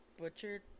butchered